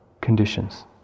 Conditions